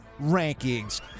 rankings